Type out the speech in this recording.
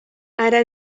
ara